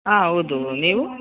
ಆಂ ಹೌದು ನೀವು